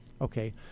Okay